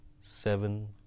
seven